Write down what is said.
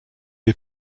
est